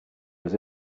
was